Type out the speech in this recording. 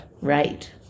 Right